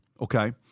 okay